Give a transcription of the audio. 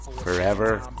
forever